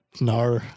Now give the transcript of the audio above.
No